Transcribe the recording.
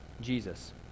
Jesus